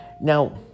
Now